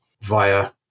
via